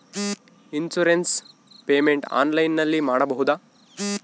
Insurance payment ಆನ್ಲೈನಿನಲ್ಲಿ ಮಾಡಬಹುದಾ?